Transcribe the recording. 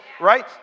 right